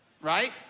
right